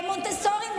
מונטסוריים,